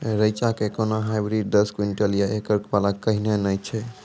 रेचा के कोनो हाइब्रिड दस क्विंटल या एकरऽ वाला कहिने नैय छै?